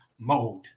mode